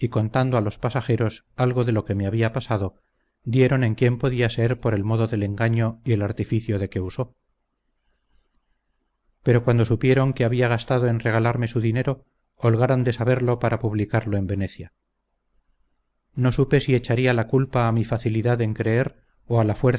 contando a los pasajeros algo de lo que me había pasado dieron en quién podía ser por el modo del engaño y el artificio de que usó pero cuando supieron que había gastado en regalarme su dinero holgaron de saberlo para publicarlo en venecia no supe si echaría la culpa a mi facilidad en creer o la